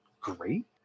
great